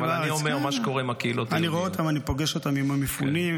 אבל אני אומר מה שקורה עם הקהילות היהודיות.